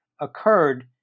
occurred